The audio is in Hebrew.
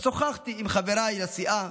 אז שוחחתי עם חבריי לסיעה,